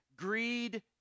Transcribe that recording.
Greed